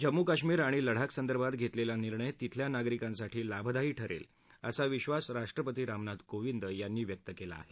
जम्मू काश्मीर आणि लडाखसंदर्भात घेतलेला निर्णय तिथल्या नागरिकांसाठी लाभदायी ठरेल असा विश्वास राष्ट्रपती रामनाथ कोविंद यांनी व्यक्त केला आहे